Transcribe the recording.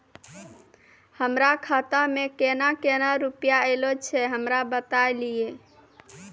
हमरो खाता मे केना केना रुपैया ऐलो छै? हमरा बताय लियै?